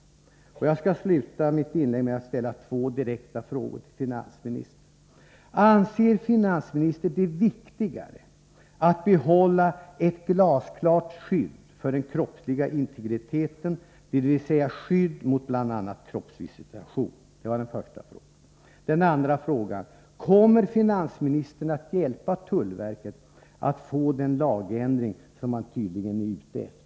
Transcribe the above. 83 Jag skall sluta mitt inlägg med att ställa två direkta frågor till finansministern. Anser finansministern det viktigare att behålla ett glasklart skydd för den kroppsliga integriteten, dvs. skydd mot bl.a. kroppsvisitation? Kommer finansministern att hjälpa tullverket att få den lagändring som man tydligen är ute efter?